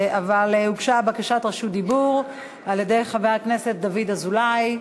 אבל הוגשה בקשת רשות דיבור על-ידי חבר הכנסת דוד אזולאי.